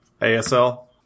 ASL